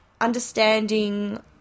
understanding